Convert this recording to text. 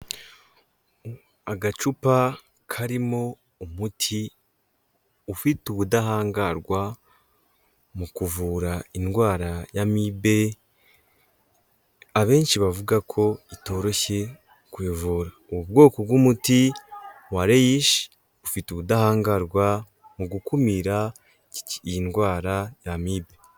Agacupa karimo umuti ufite ubudahangarwa mu kuvura indwara ya amibe abenshi bavuga ko itoroshye, kuyivura ubu bwoko bw'umuti wa REISHI ufite ubudahangarwa mu gukumira iyi ndwara ya amibe.